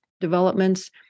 developments